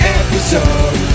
episode